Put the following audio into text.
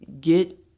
get